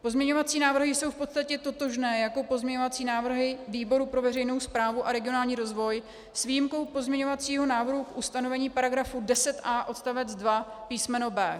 Pozměňovací návrhy jsou v podstatě totožné jako pozměňovací návrhy výboru pro veřejnou správu a regionální rozvoj, s výjimkou pozměňovacího návrhu k ustanovení § 10a odst. 2 písm. b).